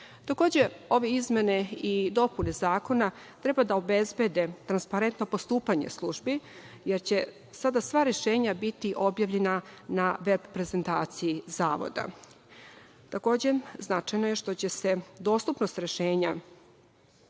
ove izmene i dopune zakona treba da obezbede transparentno postupanje službi, jer će sada sva rešenja biti objavljena na veb prezentacije zavoda. Takođe, značajno je što će se dostupnost rešenja